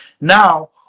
Now